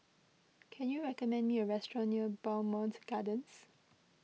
can you recommend me a restaurant near Bowmont Gardens